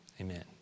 Amen